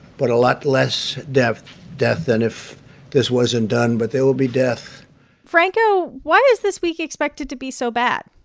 but a lot less death death than if this wasn't done. but there will be death franco, why is this week expected to be so bad?